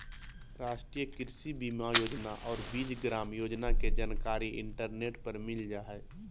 राष्ट्रीय कृषि बीमा योजना और बीज ग्राम योजना के जानकारी इंटरनेट पर मिल जा हइ